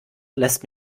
lässt